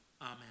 Amen